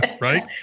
right